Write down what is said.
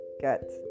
get